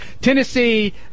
Tennessee